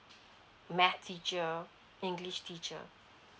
math teacher english teacher